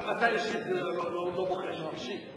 גם אתה אישית לא בוחש, אישית.